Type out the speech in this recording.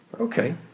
Okay